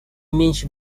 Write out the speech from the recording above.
меньше